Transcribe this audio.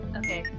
okay